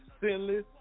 sinless